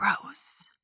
gross